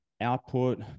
output